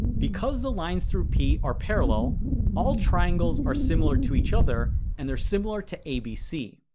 because the lines through p are parallel all triangles are similar to each other and they're similar to abc.